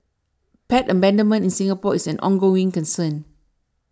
pet abandonment in Singapore is an ongoing concern